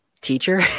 teacher